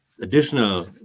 additional